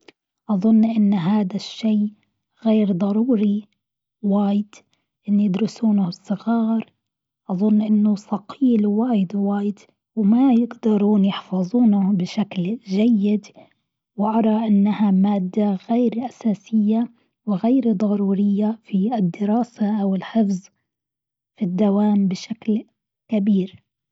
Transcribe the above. أظن أن هذا الشيء غير ضروري واجد أن يدرسونه الصغار، أظن إنه ثقيل واجد واجد وما يقدرون يحفظونه بشكل جيد، وأرى أنها مادة غير أساسية وغير ضرورية في الدراسة أو الحفظ الدوام بشكل كبير.